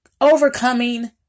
overcoming